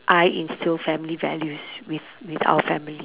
I instil family values with with our family